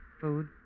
food